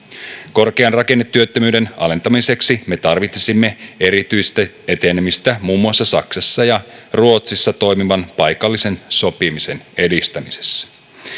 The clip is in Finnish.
korkean rakennetyöttömyyden alentamiseksi me tarvitsisimme erityisesti etenemistä muun muassa saksassa ja ruotsissa toimivan paikallisen sopimisen edistämisessä